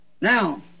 Now